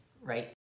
right